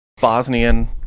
Bosnian